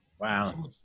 Wow